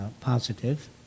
positive